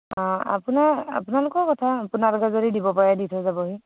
অঁ আপোনাৰ আপোনালোকৰ কথা আপোনালোকে যদি দিব পাৰে দি থৈ যাবহি